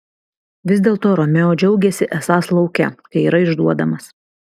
vis dėlto romeo džiaugėsi esąs lauke kai yra išduodamas